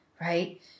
right